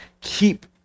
keep